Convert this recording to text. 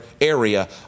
area